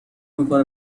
میکنه